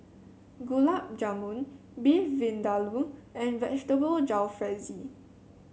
Gulab Jamun Beef Vindaloo and Vegetable Jalfrezi